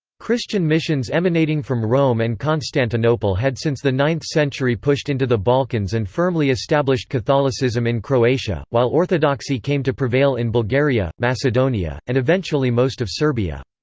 christian missions emanating from rome and constantinople had since the ninth century pushed into the balkans and firmly established catholicism in croatia, while orthodoxy came to prevail in bulgaria, macedonia, and eventually most of serbia.